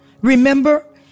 Remember